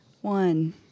One